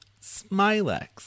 Smilex